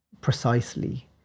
precisely